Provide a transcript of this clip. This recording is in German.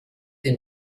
den